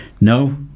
No